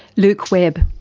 luke webb.